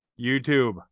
YouTube